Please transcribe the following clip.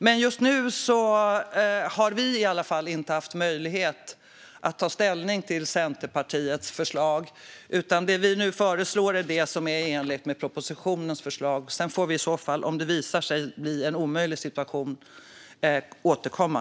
Men just nu har vi i alla fall inte haft möjlighet att ta ställning till Centerpartiets förslag. Det vi nu föreslår är i enlighet med propositionens förslag. Om det sedan visar sig att det blir en omöjlig situation får vi återkomma.